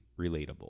relatable